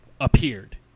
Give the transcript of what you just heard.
appeared